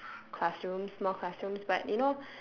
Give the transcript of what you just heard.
classrooms small classrooms but you know